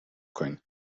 کنیم